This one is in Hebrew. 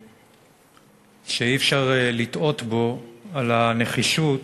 שאי-אפשר לטעות בו על הנחישות